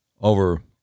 over